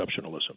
exceptionalism